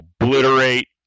obliterate